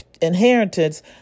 inheritance